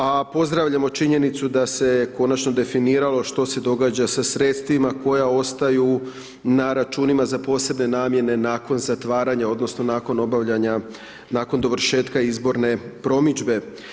A pozdravljamo činjenicu da se konačno definiralo što se događa sa sredstvima koja ostaju na računima za posebne namjene nakon zatvaranja odnosno nakon obavljanja nakon dovršetka izborne promidžbe.